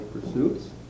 pursuits